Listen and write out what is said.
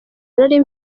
nari